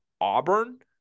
Auburn